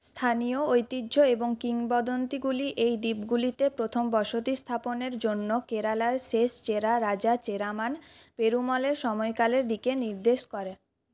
স্থানীয় ঐতিহ্য এবং কিংবদন্তিগুলি এই দ্বীপগুলিতে প্রথম বসতি স্থাপনের জন্য কেরালার শেষ চেরা রাজা চেরামান পেরুমলের সময়কালের দিকে নির্দেশ করে